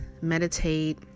meditate